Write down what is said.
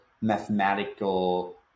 mathematical